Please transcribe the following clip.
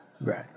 Right